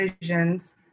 visions